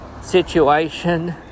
situation